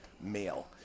male